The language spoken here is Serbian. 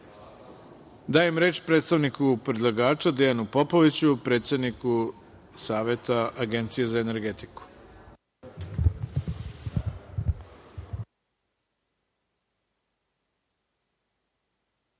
reč predstavniku predlagača, Dejanu Popoviću, predsedniku Saveta Agencije za energetiku.